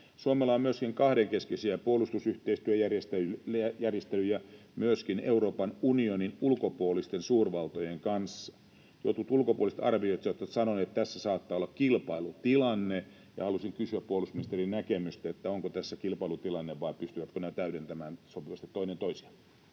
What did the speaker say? Suomella on myöskin kahdenkeskisiä puolustusyhteistyöjärjestelyjä myöskin Euroopan unionin ulkopuolisten suurvaltojen kanssa. Jotkut ulkopuoliset arvioitsijat ovat sanoneet, että tässä saattaa olla kilpailutilanne, ja haluaisin kysyä puolustusministerin näkemystä: onko tässä kilpailutilanne, vai pystyvätkö ne täydentämään sopivasti toinen toisiaan?